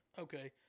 okay